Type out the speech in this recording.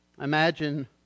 Imagine